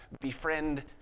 Befriend